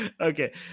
Okay